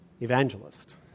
evangelist